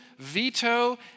Veto